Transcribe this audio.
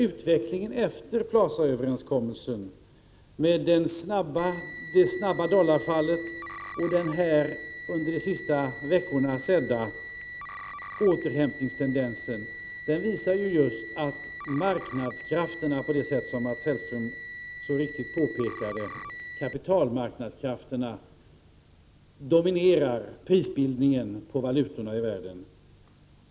Utvecklingen efter Plazaöverenskommelsen, med det snabba dollarfallet och den under de senaste veckorna sedda återhämtningstendensen, visar just att kapitalmarknadskrafterna, på det sätt som Mats Hellström så riktigt påpekade, dominerar prisbildningen när det gäller valutorna i världen.